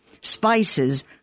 spices